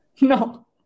No